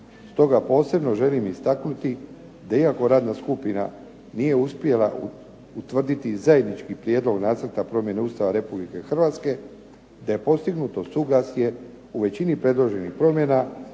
Stoga posebno želim istaknuti da iako radna skupina nije uspjela utvrditi zajednički Prijedlog nacrta promjene Ustava Republike Hrvatske da je postignuto suglasje u većini predloženih promjena